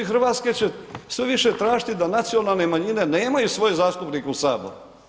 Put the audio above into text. Hrvatske će sve više tražiti da nacionalne manjine nemaju svoje zastupnike u saboru.